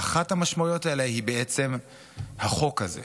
ואחת המשמעויות האלה היא בעצם החוק הזה,